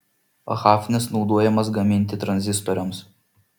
hafnis naudojamas gaminti tranzistoriams